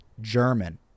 German